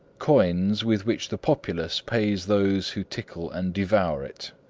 coins with which the populace pays those who tickle and devour it.